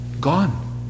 Gone